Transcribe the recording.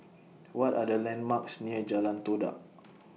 What Are The landmarks near Jalan Todak